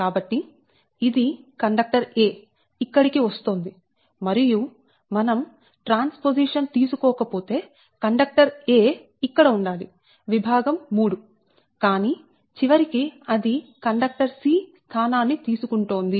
కాబట్టి ఇది conductor a ఇక్కడికి వస్తోంది మరియు మనం ట్రాన్స్పోసిషన్ తీసుకోకపోతే కండక్టర్ a ఇక్కడ ఉండాలి విభాగం 3 కానీ చివరికి అది కండక్టర్ c స్థానాన్ని తీసుకుంటోంది